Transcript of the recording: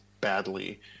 badly